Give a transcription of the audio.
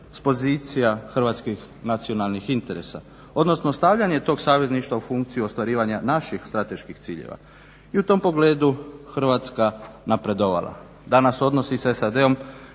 s pozicija hrvatskih nacionalnih interesa, odnosno stavljanje tog savezništva u funkciju ostvarivanja naših strateških ciljeva i u tom pogledu je Hrvatska napredovala. Danas odnosi sa SAD-om